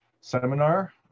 seminar